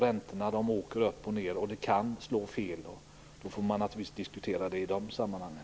Räntorna åker upp och ned, och då måste man ta ställning till det i de sammanhangen.